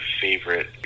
favorite